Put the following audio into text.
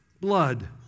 blood